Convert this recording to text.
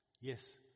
Yes